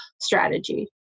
strategy